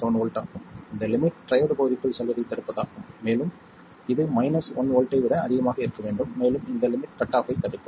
7 v ஆகும் இந்த limit triode பகுதிக்குள் செல்வதைத் தடுப்பதாகும் மேலும் இது மைனஸ் ஒரு வோல்ட்டை விட அதிகமாக இருக்க வேண்டும் மேலும் இந்த லிமிட் கட் ஆஃப் ஐத் தடுக்கும்